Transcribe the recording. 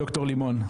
ד"ר לימון,